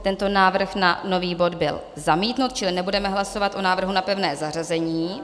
Tento návrh na nový bod byl zamítnut, čili nebudeme hlasovat o návrhu na pevné zařazení.